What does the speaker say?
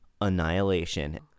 annihilation